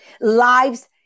Lives